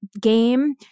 game